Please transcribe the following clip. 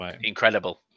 Incredible